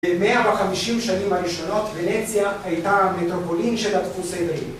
ב-150 השנים הראשונות, ונציה הייתה מטרופולין של הדפוס העברי